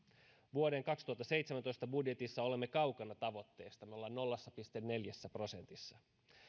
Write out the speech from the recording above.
vuoden kaksituhattaseitsemäntoista budjetissa olemme kaukana tavoitteesta me olemme nolla pilkku neljässä prosentissa